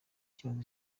kibazo